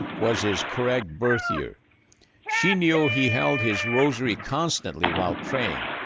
was his correct birth year she knew he held his rosary constantly while praying,